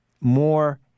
more